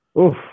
Oof